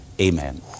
Amen